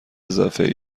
اضافه